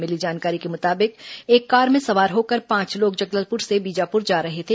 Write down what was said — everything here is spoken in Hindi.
मिली जानकारी के मुताबिक एक कार में सवार होकर पांच लोग जगदलपुर से बीजापुर जा रहे थे